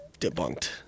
debunked